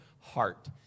heart